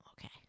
Okay